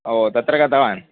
ओ तत्र गतवान्